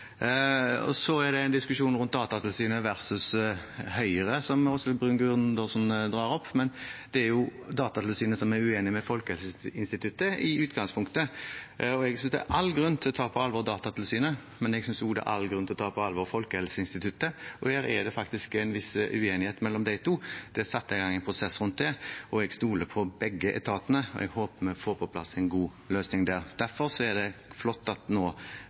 Så er det en diskusjon rundt Datatilsynet versus Høyre, som Åshild Bruun-Gundersen drar opp, men det er Datatilsynet som er uenig med Folkehelseinstituttet i utgangspunktet. Jeg synes det er all grunn til å ta Datatilsynet på alvor, men jeg synes også det er all grunn til å ta Folkehelseinstituttet på alvor, og her er det faktisk en viss uenighet mellom de to. Det er satt i gang en prosess rundt det. Jeg stoler på begge etatene, og jeg håper vi får på plass en god løsning der. Derfor er det flott at